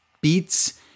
beats